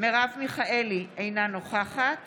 מרב מיכאלי, אינה נוכחת